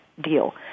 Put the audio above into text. Deal